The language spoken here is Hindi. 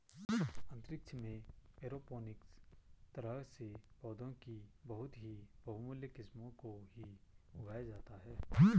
अंतरिक्ष में एरोपोनिक्स तरह से पौधों की बहुत ही बहुमूल्य किस्मों को ही उगाया जाता है